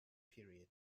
period